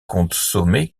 consommée